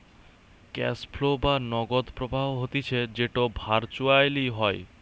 cash flow বা নগদ প্রবাহ হতিছে যেটো ভার্চুয়ালি হয়